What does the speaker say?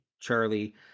Charlie